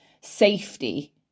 safety